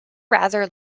rather